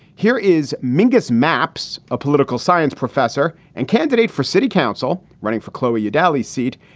here is mingus maps, a political science professor and candidate for city council running for chloe abdali seat.